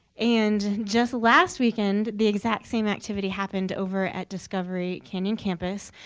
and just last weekend, the exact same activity happened over at discovery canyon campus.